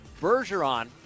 Bergeron